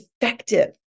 effective